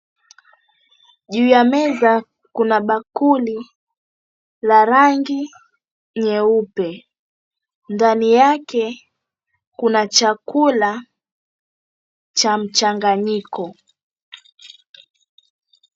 Juu ya meza kuna bakuli la rangi nyeupe. Ndani yake kuna chakula cha mchanganyiko.